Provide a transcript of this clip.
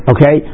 Okay